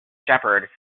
shepherd